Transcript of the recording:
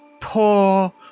poor